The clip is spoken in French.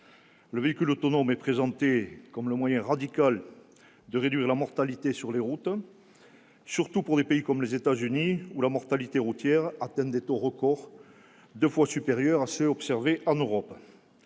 Le véhicule autonome est présenté comme le moyen radical de réduire la mortalité sur les routes, surtout dans des pays comme les États-Unis, où la mortalité routière atteint des taux record, deux fois supérieurs à ceux que l'on observe en Europe.